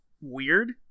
weird